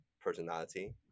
personality